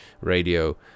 radio